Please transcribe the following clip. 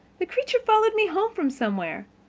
the creature followed me home from somewhere.